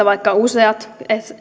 vaikka useat